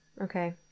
Okay